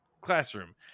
classroom